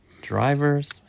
drivers